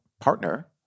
partner